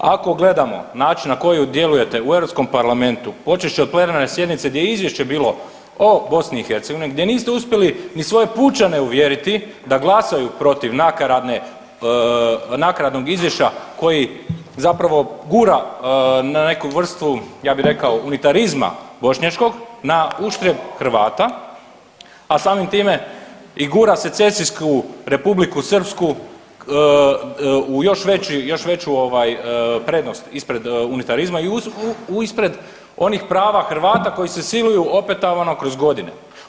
Ako gledamo način na koji djelujete u europskom parlamentu počevši od plenarne sjednice gdje je izvješće bilo o BiH gdje niste uspjeli ni svoje pučane uvjeriti da glasaju protiv nakaradne, nakaradnog izvješća koji zapravo gura na neku vrstu ja bi rekao unitarizma bošnjačkog na uštrb Hrvata, a samim time i gura se cesijsku Republiku Srpsku u još veći, u još veću ovaj prednost ispred unitarizma i ispred onih prava Hrvata koji se siluju opetovano kroz godine.